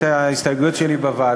אני אגיש את ההסתייגויות שלי בוועדה.